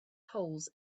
holes